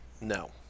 No